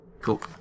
Cool